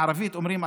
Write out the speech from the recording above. בערבית אומרים,